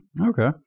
Okay